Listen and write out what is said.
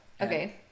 okay